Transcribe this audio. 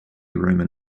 roman